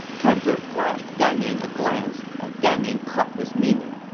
kan ze flashed gan ning a glance, and gan ning caught his meaning